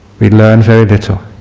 we learn very little.